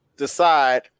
decide